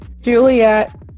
Juliet